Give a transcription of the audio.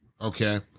Okay